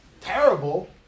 terrible